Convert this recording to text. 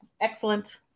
Excellent